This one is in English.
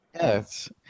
Yes